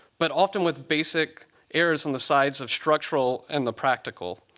but often with basic errors on the sides of structural and the practical.